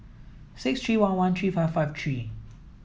six three one one three five five three